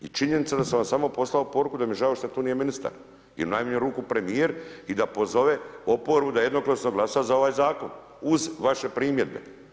I činjenica je da sam samo poslao poruku da mi je žao što tu nije ministar ili u najmanju ruku premijer i da pozove oporbu da jednoglasno glasa za ovaj zakon uz vaše primjedbe.